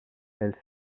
elle